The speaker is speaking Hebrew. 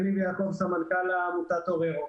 יניב יעקב, סמנכ"ל עמותת אור ירוק.